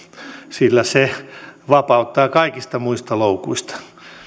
sillä se vapauttaa kaikista muista loukuista